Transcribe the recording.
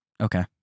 Okay